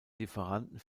lieferanten